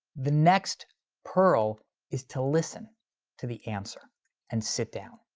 the next hurl is to listen to the answer and sit down.